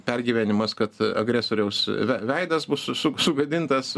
pergyvenimas kad agresoriaus ve veidas bus susuk sugadintas